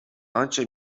آنچه